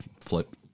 flip